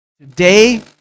Today